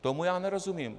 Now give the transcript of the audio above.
Tomu já nerozumím.